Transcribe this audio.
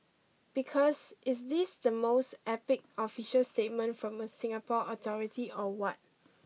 because is this the most epic official statement from a Singapore authority or what